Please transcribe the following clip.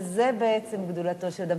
וזאת בעצם גדולתו של אדם,